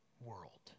world